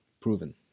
proven